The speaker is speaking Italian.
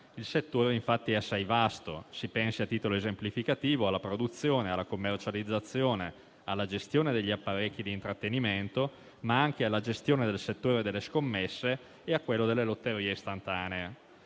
Il settore, infatti, è assai vasto: si pensi, a titolo esemplificativo, alla produzione, alla commercializzazione e alla gestione degli apparecchi di intrattenimento, ma anche alla gestione del settore delle scommesse e a quello delle lotterie istantanee.